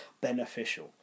beneficial